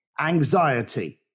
anxiety